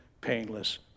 painless